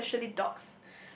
especially dogs